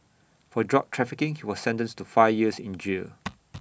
for drug trafficking he was sentenced to five years in jail